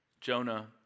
Jonah